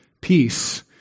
peace